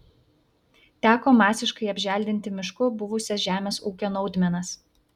teko masiškai apželdinti mišku buvusias žemės ūkio naudmenas